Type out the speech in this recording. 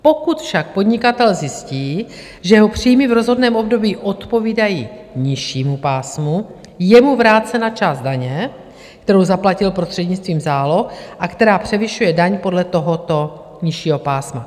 Pokud však podnikatel zjistí, že jeho příjmy v rozhodném období odpovídají nižšímu pásmu, je mu vrácena část daně, kterou zaplatil prostřednictvím záloh a která převyšuje daň podle tohoto nižšího pásma.